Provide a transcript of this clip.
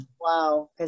Wow